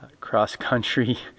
cross-country